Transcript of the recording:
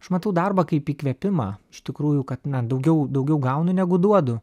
aš matau darbą kaip įkvėpimą iš tikrųjų kad na daugiau daugiau gaunu negu duodu